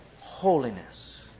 holiness